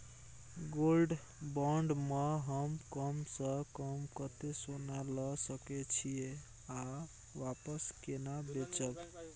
Gold bond म हम कम स कम कत्ते सोना ल सके छिए आ वापस केना बेचब?